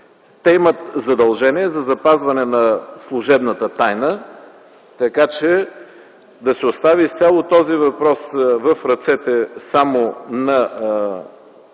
Те имат задължение за запазване на служебната тайна, така че да се остави изцяло този въпрос в ръцете само на